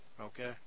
Okay